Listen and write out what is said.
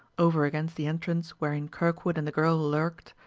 over against the entrance wherein kirkwood and the girl lurked,